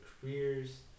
careers